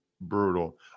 brutal